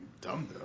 dumb